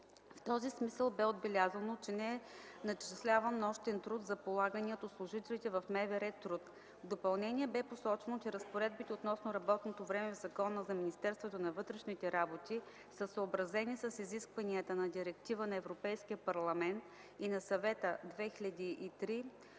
В този смисъл бе отбелязано, че не е начисляван нощен труд за полагания от служителите в МВР труд. В допълнение бе посочено, че разпоредбите относно работното време в Закона за Министерството на вътрешните работи са съобразени с изискванията на Директива на Европейския парламент и на Съвета